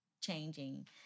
changing